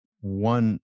one